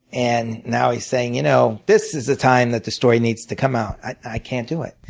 and now he's saying, you know this is the time that the story needs to come out. i can't do it.